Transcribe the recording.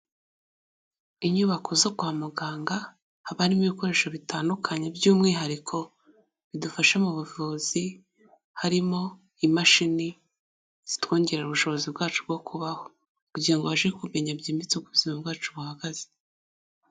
Inyubako zo kwa muganga haba harimo ibikoresho bitandukanye by'umwihariko bidufasha mu buvuzi, harimo imashini zitwongerera ubushobozi bwacu bwo kubaho, kugira ngo ubashe kumenya byimbitse uko ubuzima bwacu buhagaze.